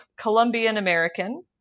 Colombian-American